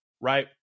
right